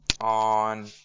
on